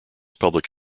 public